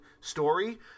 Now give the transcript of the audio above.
story